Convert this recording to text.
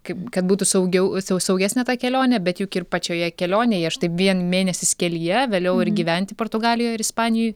kaip kad būtų saugiau sau saugesnė ta kelionė bet juk ir pačioje kelionėje štai vien mėnesis kelyje vėliau ir gyventi portugalijoj ar ispanijoj